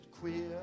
queer